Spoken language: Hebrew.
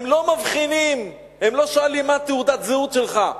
הם לא מבחינים, הם לא שואלים מה תעודת הזהות שלך.